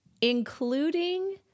Including